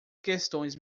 questões